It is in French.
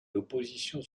l’opposition